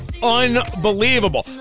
unbelievable